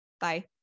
Bye